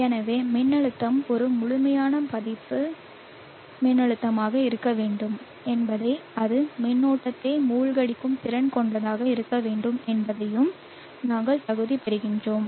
எனவே மின்னழுத்தம் ஒரு முழுமையான மதிப்பு மின்னழுத்தமாக இருக்க வேண்டும் என்பதையும் அது மின்னோட்டத்தை மூழ்கடிக்கும் திறன் கொண்டதாக இருக்க வேண்டும் என்பதையும் நாங்கள் தகுதி பெறுகிறோம்